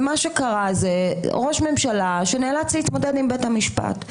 ומה שקרה זה ראש ממשלה שנאלץ להתמודד עם בית המשפט.